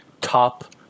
top